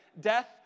Death